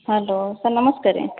hello sir ନମସ୍କାର